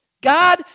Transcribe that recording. God